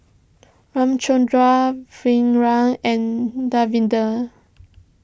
Ramchundra Virat and Davinder